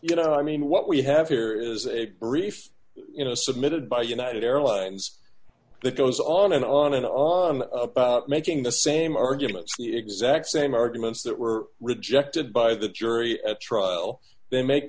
you know i mean what we have here is a brief you know submitted by united airlines that goes on and on and on making the same arguments the exact same arguments that were rejected by the jury at trial they make